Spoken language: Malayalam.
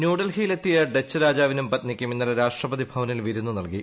ന്യൂഡൽഹിയിലെത്തിയ ഡച്ച് രാജാവിനും പത്നിക്കും ഇന്നലെ രാഷ്ട്രപതി ഭവനിൽ വിരുന്ന് നൽകി